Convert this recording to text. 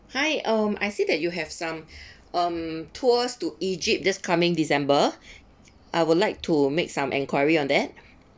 hi um I see that you have some um tours to egypt this coming december I would like to make some enquiry on that